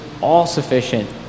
all-sufficient